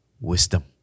wisdom